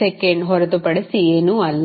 second ಹೊರತುಪಡಿಸಿ ಏನೂ ಅಲ್ಲ